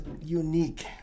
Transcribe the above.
unique